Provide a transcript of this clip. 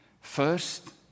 First